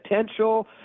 potential